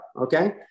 okay